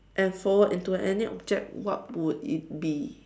and forward into any object what would it be